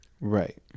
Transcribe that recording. Right